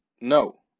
no